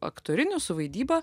aktoriniu su vaidyba